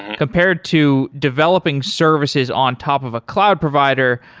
compared to developing services on top of a cloud provider,